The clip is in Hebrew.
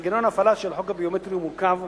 מנגנון ההפעלה של החוק הביומטרי הוא מורכב,